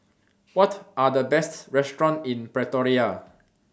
What Are The Best restaurants in Pretoria